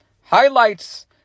highlights